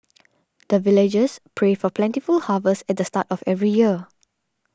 the villagers pray for plentiful harvest at the start of every year